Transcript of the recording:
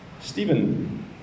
Stephen